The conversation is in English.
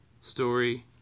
story